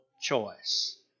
choice